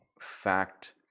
fact